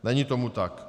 Není tomu tak.